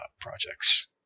projects